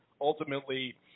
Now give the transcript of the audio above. ultimately